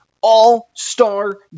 all-star